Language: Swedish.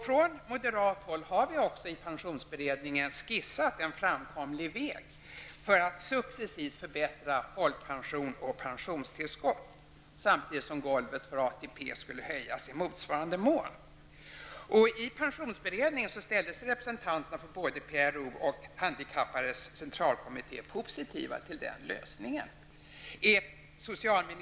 Från moderat håll har vi också i pensionsberedningen skissat en framkomlig väg för att successivt förbättra folkpension och pensionstillskott, samtidigt som golvet för ATP pensionsberedningen ställde sig representanterna för PRO och de handikappades centralkommitté positiva till den lösningen.